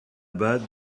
bas